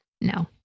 No